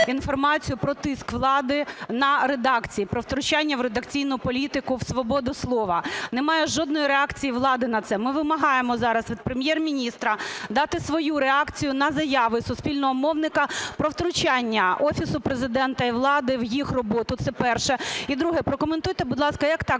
про тиск влади на редакції, про втручання в редакційну політику, в свободу слова. Немає жодної реакції влади на це. Ми вимагаємо зараз від Прем'єр-міністра дати свою реакцію на заяви суспільного мовника про втручання Офісу Президента і влади в їх роботу. Це перше. І друге. Прокоментуйте, будь ласка, як так,